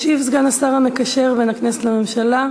ישיב סגן השר המקשר בין הכנסת לממשלה,